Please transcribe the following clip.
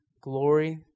glory